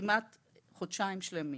כמעט חודשיים שלמים.